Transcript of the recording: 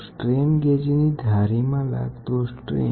તો strain gauge ની ધારીમાં લાગતો સ્ટ્રેન